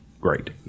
great